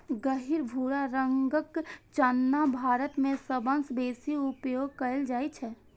गहींर भूरा रंगक चना भारत मे सबसं बेसी उपयोग कैल जाइ छै